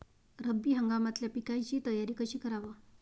रब्बी हंगामातल्या पिकाइची तयारी कशी कराव?